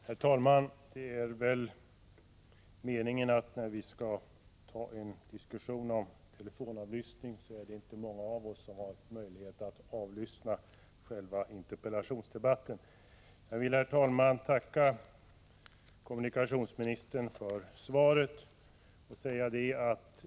Herr talman! När vi skall ha en diskussion om telefonavlyssning är det väl" vidteleverket meningen att inte många av oss skall ha möjlighet att avlyssna själva interpellationsdebatten. Jag vill, herr talman, tacka kommunikationsministern för svaret.